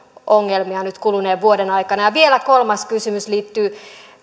ongelmia nyt kuluneen vuoden aikana kolmas kysymys liittyy